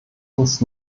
uns